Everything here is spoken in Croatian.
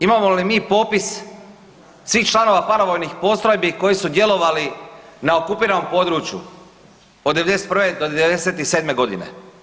Imamo li mi popis svih članova paravojnih postrojbi koji su djelovali na okupiranom području od '91. do '97. godine.